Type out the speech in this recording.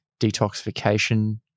detoxification